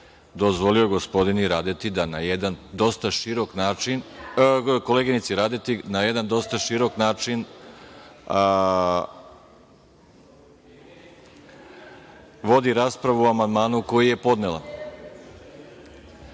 dozvolio gospodini Radeti da na jedan dosta širok način, koleginici Radeti da na jedan dosta širok način vodi raspravu o amandmanu koji je podnela.